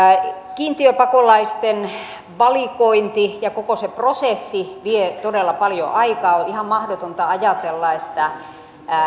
kiintiöpakolaisten valikointi ja koko se prosessi vie todella paljon aikaa on ihan mahdotonta ajatella että